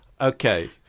Okay